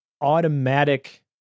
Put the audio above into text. automatic